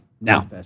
Now